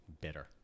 bitter